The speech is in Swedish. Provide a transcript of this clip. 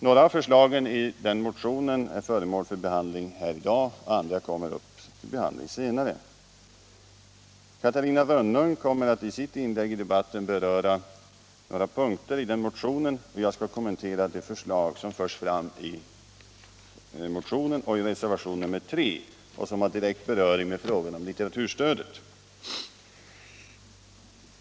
Några av förslagen i den motionen är föremål för behandling här i dag, andra kommer upp till behandling senare. Catarina Rönnung kommer att i sitt inlägg i debatten beröra några punkter i motionen, och jag skall kommentera det förslag som förs fram i motionen och i reservation 3 och som har direkt beröring med frågan om litteraturstödet.